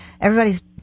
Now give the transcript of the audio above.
everybody's